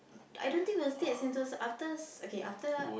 I don't think we will stay in Sentosa after